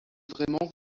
vraiment